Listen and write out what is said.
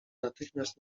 natychmiast